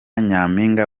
nyampinga